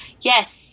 Yes